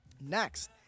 Next